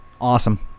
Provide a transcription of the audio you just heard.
awesome